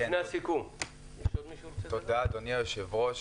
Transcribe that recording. עידן, בבקשה.